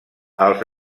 els